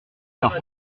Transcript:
leurs